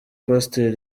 pasteur